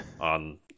on